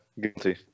Guilty